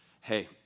hey